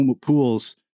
pools